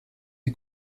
est